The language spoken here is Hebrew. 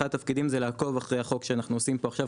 אחד התפקידים זה לעקוב אחרי החוק שאנחנו עושים פה עכשיו,